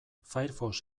firefox